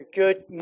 Good